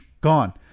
gone